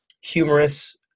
humorous